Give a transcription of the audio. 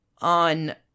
On